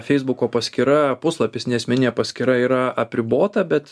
feisbuko paskyra puslapis neasmeninė paskyra yra apribota bet